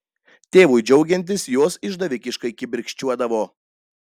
tėvui džiaugiantis jos išdavikiškai kibirkščiuodavo